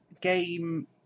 game